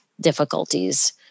difficulties